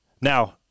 Now